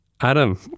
Adam